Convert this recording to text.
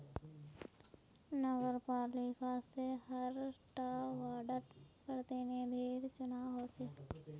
नगरपालिका से हर टा वार्डर प्रतिनिधिर चुनाव होचे